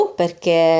perché